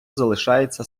залишається